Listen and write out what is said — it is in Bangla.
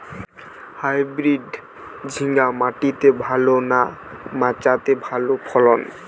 হাইব্রিড ঝিঙ্গা মাটিতে ভালো না মাচাতে ভালো ফলন?